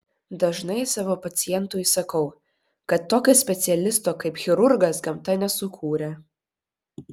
dažnai savo pacientui sakau kad tokio specialisto kaip chirurgas gamta nesukūrė